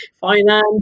finance